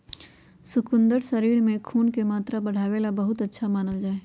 शकुन्दर शरीर में खून के मात्रा बढ़ावे ला बहुत अच्छा मानल जाहई